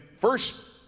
first